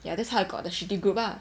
ya that's how I got the shitty group lah